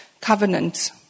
covenant